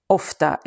ofta